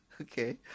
okay